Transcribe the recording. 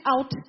out